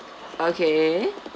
okay